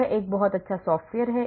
यह एक बहुत अच्छा सॉफ्टवेयर है